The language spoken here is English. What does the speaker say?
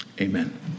Amen